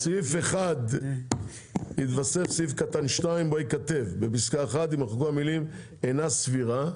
בסעיף 1 יתווסף סעיף קטן 2 בוא ייכתב בפסקה 1 יימחקו המילים אינה סבירה,